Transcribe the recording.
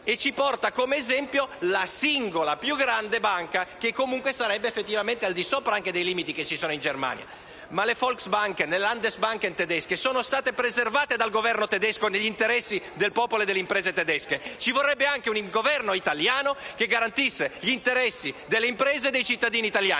ci porta come esempio la più grande banca singola, che comunque sarebbe effettivamente al di sopra dei limiti esistenti in Germania. Ma le *Volksbank* e le *Landesbank* sono state preservate dal Governo tedesco negli interessi del popolo e delle imprese tedesche. Ci vorrebbe anche un Governo italiano che garantisse gli interessi delle imprese e dei cittadini italiani.